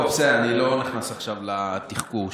אני לא נכנס עכשיו לתחקור.